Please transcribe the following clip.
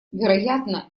вероятно